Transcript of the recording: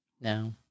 No